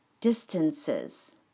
distances